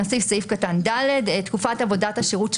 נוסיף את סעיף קטן (ד) תקופת עבודת השירות של